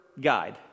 guide